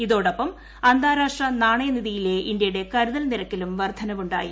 ഇതോടൊപ്പം അന്താരാഷ്ട്ര നാണീയുനിധിയിലെ ഇന്ത്യയുടെ കരുതൽ നിരക്കിലും വർദ്ധനവുണ്ടായി